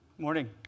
Morning